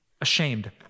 ashamed